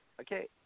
Okay